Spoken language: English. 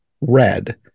red